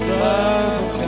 love